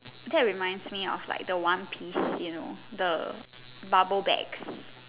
that reminds me of like the one piece you know the bubble bag